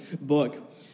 book